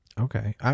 Okay